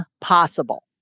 possible